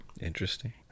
interesting